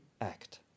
act